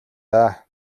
даа